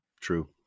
True